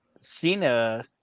Cena